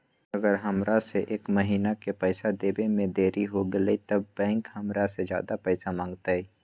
अगर हमरा से एक महीना के पैसा देवे में देरी होगलइ तब बैंक हमरा से ज्यादा पैसा मंगतइ?